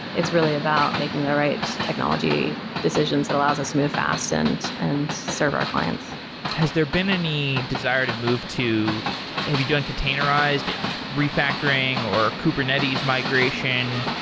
it's really about making the right technology decisions that allows us to move fast and and serve our clients has there been any desire to move to have you done containerized refactoring, or kubernetes migration,